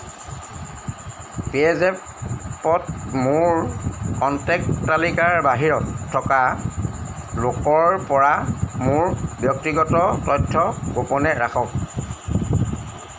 পে'জেপত মোৰ কণ্টেক্ট তালিকাৰ বাহিৰত থকা লোকৰপৰা মোৰ ব্যক্তিগত তথ্য গোপনে ৰাখক